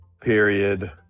period